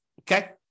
Okay